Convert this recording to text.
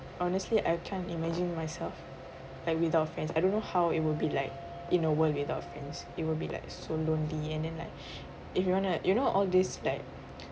honestly I can't imagine myself like without friends I don't know how it would be like in a world without friends it will be like so lonely and then like if you want to you know all these like